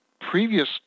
Previous